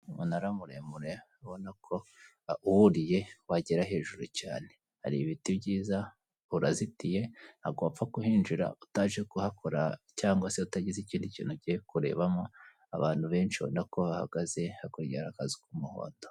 Umunara muremure ubona ko uwuriye wagera hejuru cyane. Hari ibiti byiza urazitiye; ntabwo wapfa kuhinjira utaje kuhakora cyangwa se utagize ikindi kintu ugiye kurebamo. Abantu benshi urabona ko bahagaze hakurya y'akazu k'umuhondo.